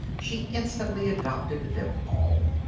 she instantly adopted them all.